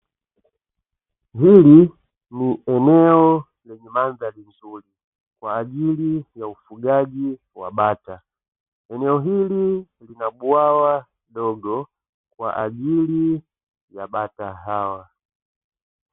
Hili ni eneo lenye mandhari nzuri kwa ajili ya ufugaji wa bata. Eneo hili lina bwawa dogo kwa ajili ya bata hawa.